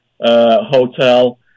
hotel